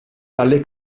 dalle